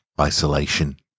Isolation